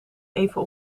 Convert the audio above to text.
even